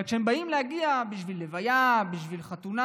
אבל כשהם באים להגיע בשביל לוויה, בשביל חתונה